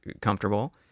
comfortable